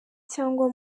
cyangwa